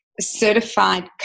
certified